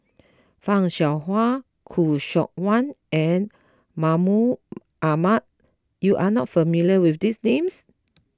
Fan Shao Hua Khoo Seok Wan and Mahmud Ahmad you are not familiar with these names